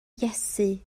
iesu